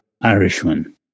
Irishman